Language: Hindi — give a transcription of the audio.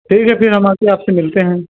ठीक है फिर हम आके आपसे मिलते हैं